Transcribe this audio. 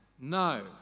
No